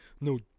No